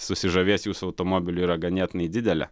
susižavės jūsų automobiliu yra ganėtinai didelė